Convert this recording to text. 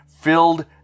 filled